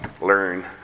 learn